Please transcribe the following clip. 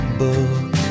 book